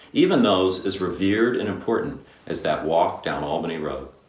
even those as revered and important as that walked down albany road.